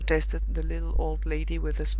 suggested the little old lady, with a smile.